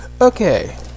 Okay